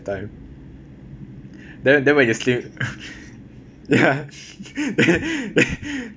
time then then when you sleep ya